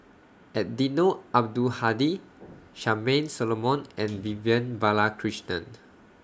Eddino Abdul Hadi Charmaine Solomon and Vivian Balakrishnan